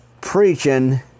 preaching